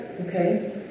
Okay